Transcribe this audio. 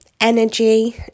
energy